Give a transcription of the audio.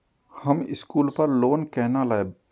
हम स्कूल पर लोन केना लैब?